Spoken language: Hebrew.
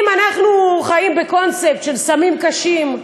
אם אנחנו חיים בקונספט של סמים קשים,